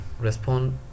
respond